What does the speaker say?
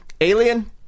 Alien